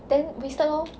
then disturb lor